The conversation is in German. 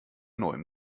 neuem